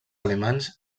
alemanys